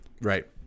right